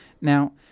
Now